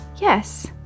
Yes